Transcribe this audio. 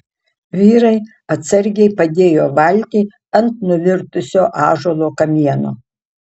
vyrai atsargiai padėjo valtį ant nuvirtusio ąžuolo kamieno